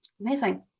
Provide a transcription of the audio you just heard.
amazing